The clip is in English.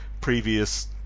previous